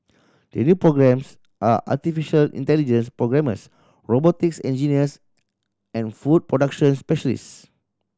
the new programmes are artificial intelligence programmers robotics engineers and food production specialist